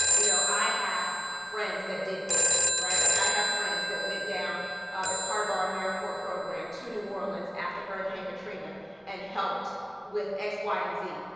you know, i have friends that did this, right, like i have friends that went down as part of our americorps program to new orleans after hurricane katrina and helped with x y and z,